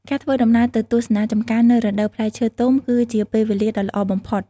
ការធ្វើដំណើរទៅទស្សនាចម្ការនៅរដូវផ្លែឈើទុំគឺជាពេលវេលាដ៏ល្អបំផុត។